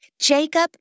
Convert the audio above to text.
Jacob